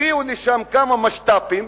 הביאו לשם כמה משת"פים,